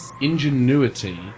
Ingenuity